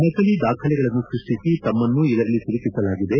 ನಕಲಿ ದಾಖಲೆಗಳನ್ನು ಸೃಷ್ಟಿಸಿ ತಮ್ಮನ್ನು ಇದರಲ್ಲಿ ಒಲುಕಿಸಲಾಗಿದೆ